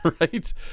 right